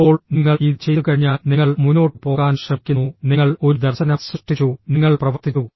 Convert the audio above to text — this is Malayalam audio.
ഇപ്പോൾ നിങ്ങൾ ഇത് ചെയ്തുകഴിഞ്ഞാൽ നിങ്ങൾ മുന്നോട്ട് പോകാൻ ശ്രമിക്കുന്നു നിങ്ങൾ ഒരു ദർശനം സൃഷ്ടിച്ചു നിങ്ങൾ പ്രവർത്തിച്ചു